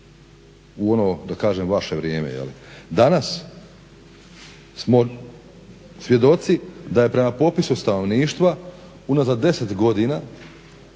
u ono da kažem vaše vrijeme. Danas smo svjedoci da je prema popisu stanovništva unazad 10 godina,